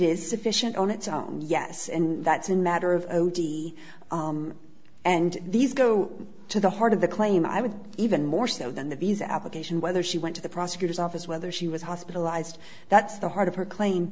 is sufficient on its own yes and that's a matter of ody and these go to the heart of the claim i would even more so than the visa application whether she went to the prosecutor's office whether she was hospitalized that's the heart of her cl